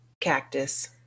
cactus